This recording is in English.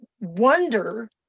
wonder